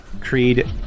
Creed